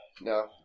no